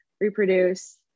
reproduce